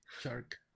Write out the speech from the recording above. Shark